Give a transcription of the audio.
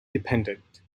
dependent